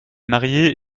marié